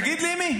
תגיד לי עם מי.